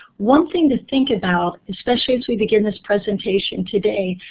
one thing to think about, especially as we begin this presentation today,